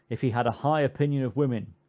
if he had a high opinion of woman,